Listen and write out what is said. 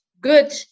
good